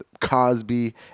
Cosby